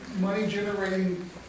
money-generating